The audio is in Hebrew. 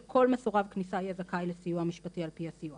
שכל מסורב כניסה יהיה זכאי לסיוע משפטי על פי הדין,